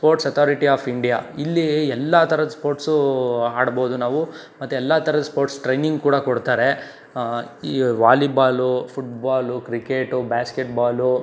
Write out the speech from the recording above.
sports authority of India ಇಲ್ಲಿ ಎಲ್ಲ ಥರದ ಸ್ಪೋರ್ಟ್ಸೂ ಆಡ್ಬೋದು ನಾವು ಮತ್ತೆ ಎಲ್ಲ ಥರದ ಸ್ಪೋರ್ಟ್ಸ್ ಟ್ರೈನಿಂಗ್ ಕೂಡ ಕೊಡ್ತಾರೆ ಈ ವಾಲಿಬಾಲು ಫುಟ್ಬಾಲು ಕ್ರಿಕೆಟು ಬ್ಯಾಸ್ಕೆಟ್ಬಾಲು